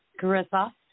carissa